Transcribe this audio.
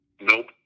Nope